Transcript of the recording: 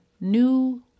new